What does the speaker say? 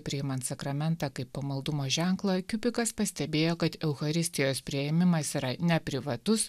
priimant sakramentą kaip pamaldumo ženklo kiupikas pastebėjo kad eucharistijos priėmimas yra ne privatus